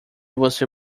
você